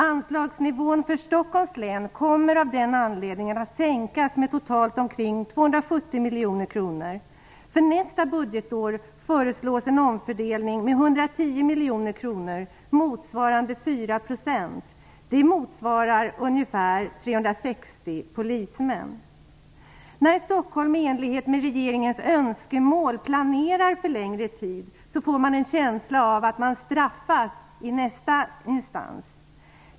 Anslagsnivån för Stockholms län kommer av den anledningen att sänkas med totalt omkring 270 miljoner kronor. För nästa budgetår föreslås en omfördelning med 110 miljoner kronor, motsvarande När Stockholm i enlighet med regeringens önskemål planerar för längre tid, får man en känsla av att detta bestraffas i nästa instans.